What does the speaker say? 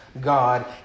God